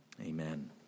Amen